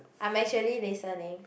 I'm actually listening